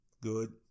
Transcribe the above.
Good